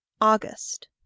August